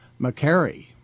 McCary